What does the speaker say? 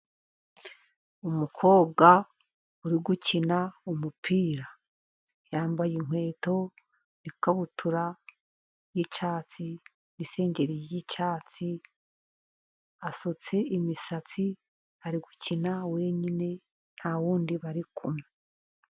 Umukobwa uri gukina umupira yambaye inkweto n'ikabutura y'icyatsi, n'isengeri y'icyatsi, asutse imisatsi ari gukina wenyine ntawundi bari kumwe.